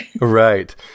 Right